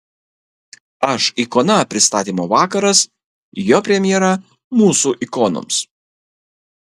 aš ikona pristatymo vakaras jo premjera mūsų ikonoms